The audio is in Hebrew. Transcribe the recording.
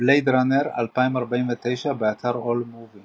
"בלייד ראנר 2049", באתר AllMovie